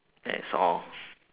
that's all